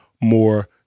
more